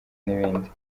n’ibindi